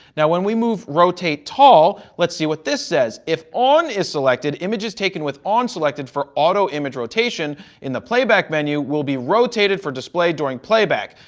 now when we move rotate tall, let's see what this says. if on is selected, images taken with on selected for auto image rotation in the playback menu will be rotated for display during playback.